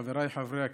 חבריי חברי הכנסת,